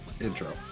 intro